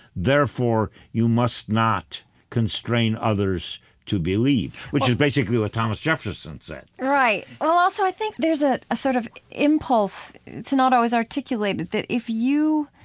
therefore, you must not constrain others to believe, which is basically what thomas jefferson said right. well, also, i think there's a sort of impulse it's not always articulated that if you